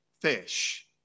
fish